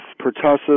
pertussis